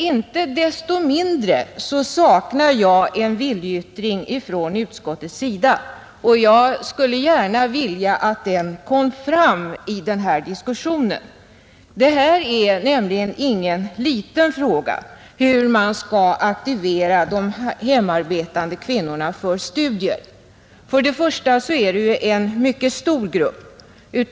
Inte desto mindre saknar jag en viljeyttring från utskottets sida, och jag skulle gärna vilja att den kom fram i den här diskussionen, Detta är nämligen ingen liten fråga — hur man skall aktivera de hemarbetande kvinnorna för studier. Det gäller ju en mycket stor grupp.